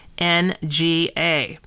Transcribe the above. NGA